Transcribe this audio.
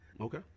Okay